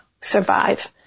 survive